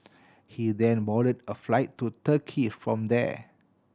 he then boarded a flight to Turkey from there